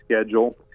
schedule